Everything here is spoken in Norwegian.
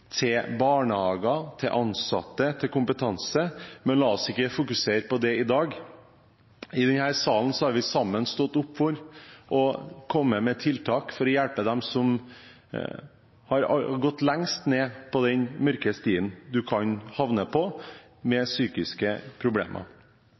til barnehager, til ansatte og til kompetanse. Men la oss ikke fokusere på det i dag. I denne salen har vi sammen stått opp for å komme med tiltak for å hjelpe dem som har gått lengst ned på den mørke stien man kan havne på med